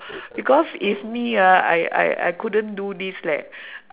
because if me ah I I I couldn't do this leh